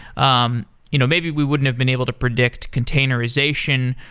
um you know maybe we wouldn't have been able to predict containerization.